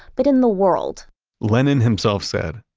but in the world lenin himself said,